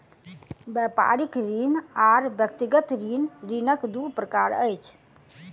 व्यापारिक ऋण आर व्यक्तिगत ऋण, ऋणक दू प्रकार अछि